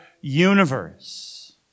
universe